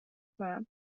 کنم